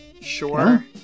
sure